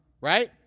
right